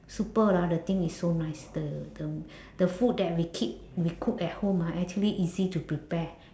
super lah the thing is so nice the the the food that we keep we cook at home ah actually easy to prepare